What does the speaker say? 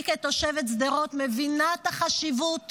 אני כתושבת שדרות מבינה את החשיבות